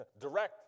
direct